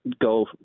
go